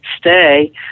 stay